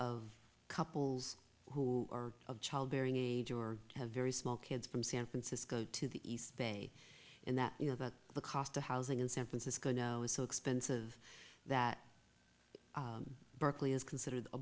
of couples who are of childbearing age or have very small kids from san francisco to the east bay in that you know that the cost of housing in san francisco no is so expensive that berkeley is considered a